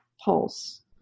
Pulse